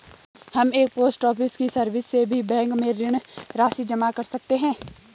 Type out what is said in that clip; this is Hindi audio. क्या हम पोस्ट ऑफिस की सर्विस से भी बैंक में ऋण राशि जमा कर सकते हैं?